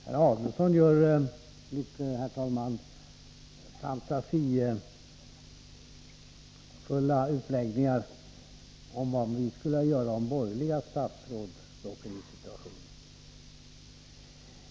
Herr talman! Herr Adelsohn gör litet fantasifulla utläggningar om vad vi skulle göra om borgerliga statsråd råkade i den här situationen.